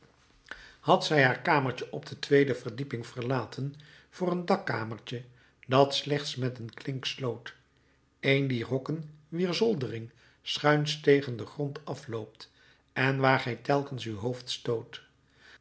had zij haar kamertje op de tweede verdieping verlaten voor een dakkamertje dat slechts met een klink sloot een dier hokken wier zoldering schuins tegen den grond afloopt en waar gij telkens uw hoofd stoot